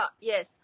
Yes